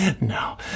No